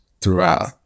throughout